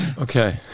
okay